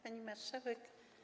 Pani Marszałek!